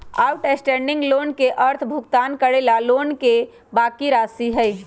outstanding loan के अर्थ भुगतान करे ला लोन के बाकि राशि हई